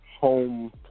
home